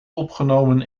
opgenomen